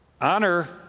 Honor